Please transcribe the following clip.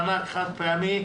מענק חד פעמי,